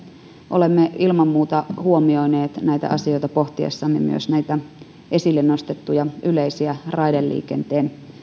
olemme ilman muuta huomioineet näitä asioita pohtiessamme myös näitä esille nostettuja yleisiä raideliikenteen